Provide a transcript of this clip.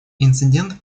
инцидент